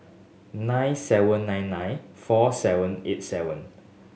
nine seven nine nine four seven eight seven